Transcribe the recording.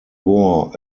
wore